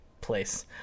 place